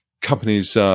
companies –